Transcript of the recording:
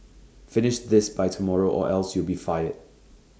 finish this by tomorrow or else you'll be fired